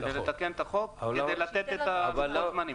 כדי לתקן את החוק כדי לתת את לוחות הזמנים.